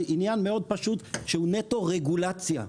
זה עניין מאוד פשוט שהוא רגולציה נטו.